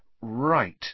Right